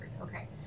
okay